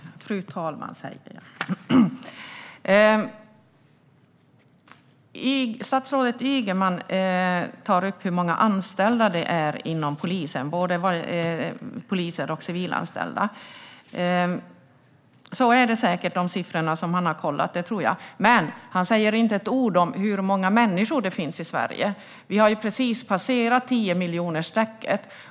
Fru ålderspresident! Statsrådet Ygeman tar upp hur många anställda det är inom polisen, både poliser och civilanställda. Hans siffror stämmer säkert, men han säger inte ett ord om hur många människor det finns i Sverige. Vi har precis passerat tiomiljonersstrecket.